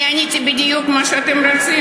אני עניתי בדיוק על מה שאתם רוצים,